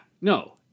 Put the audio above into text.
No